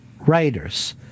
writers